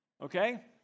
okay